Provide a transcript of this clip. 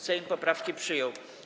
Sejm poprawki przyjął.